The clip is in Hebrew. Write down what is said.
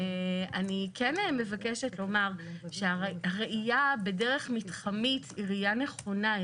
אני כן מבקשת לומר שהראייה בדרך מתחמית היא ראייה נכונה,